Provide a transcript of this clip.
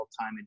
time